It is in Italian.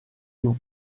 più